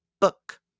Book